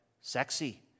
sexy